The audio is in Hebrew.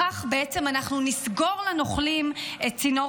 בכך בעצם אנחנו נסגור לנוכלים את צינור